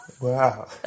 Wow